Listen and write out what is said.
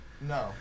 no